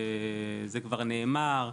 זה כבר נאמר.